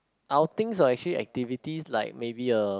outings or actually activity like maybe a